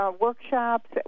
workshops